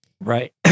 Right